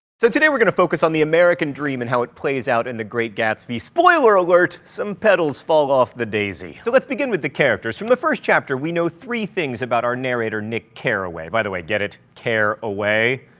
so today we're going to focus on the american dream and how it plays out in the great gatsby. spoiler alert, some petals fall off the daisy. so let's begin with the characters from the first chapter, we know three things about our narrator, nick carraway by the way, get it? care away?